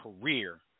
career